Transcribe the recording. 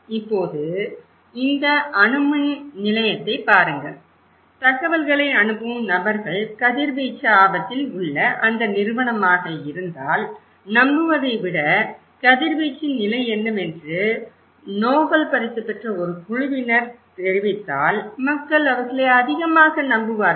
இப்போது இந்த அணு மின் நிலையத்தைப் பாருங்கள் தகவல்களை அனுப்பும் நபர்கள் கதிர்வீச்சு ஆபத்தில் உள்ள அந்த நிறுவனமாக இருந்தால் நம்புவதைவிட கதிர்வீச்சின் நிலை என்னவென்று நோபல் பரிசு பெற்ற ஒரு குழுவினர் தெரிவித்தால் மக்கள் அவர்களை அதிகமாக நம்புவார்கள்